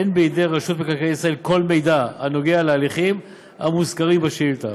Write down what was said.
אין בידי רשות מקרקעי ישראל כל מידע הנוגע להליכים המוזכרים בשאילתה.